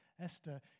Esther